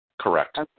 Correct